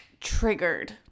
Triggered